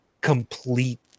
complete